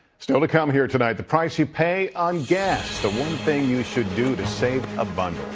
still to come here tonight, the price you pay on gas. the one thing you should do to save a bund